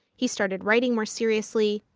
he started writing more seriously.